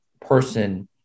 person